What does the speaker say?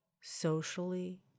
socially